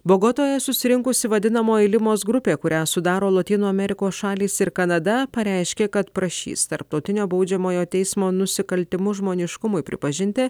bogotoje susirinkusi vadinamoji limos grupė kurią sudaro lotynų amerikos šalys ir kanada pareiškė kad prašys tarptautinio baudžiamojo teismo nusikaltimus žmoniškumui pripažinti